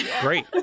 Great